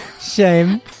Shame